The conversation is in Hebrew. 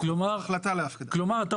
100,000, 90,000, 70,000, 5000, למה זה חשוב?